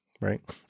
right